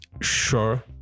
Sure